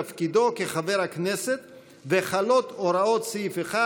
תפקידו כחבר הכנסת וחלות הוראות סעיף 1"